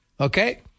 Okay